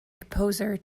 composer